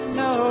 no